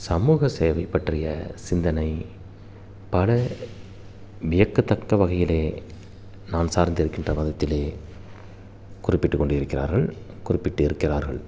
சமூகசேவை பற்றிய சிந்தனை பல வியக்கத்தக்க வகையிலே நான் சார்ந்திருக்கின்ற மதத்திலே குறிப்பிட்டுக்கொண்டு இருக்கிறார்கள் குறிப்பிட்டு இருக்கிறார்கள்